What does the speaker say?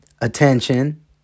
attention